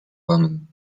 woman